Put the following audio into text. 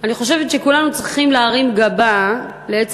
אני חושבת שכולנו צריכים להרים גבה מול עצם